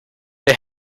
they